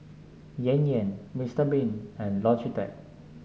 Yan Yan Mister Bean and Logitech